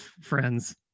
friends